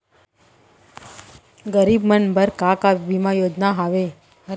गरीब मन बर का का बीमा योजना हावे?